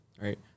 right